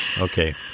Okay